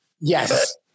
yes